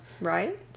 Right